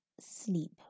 sleep